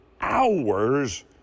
hours